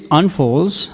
unfolds